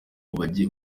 bajye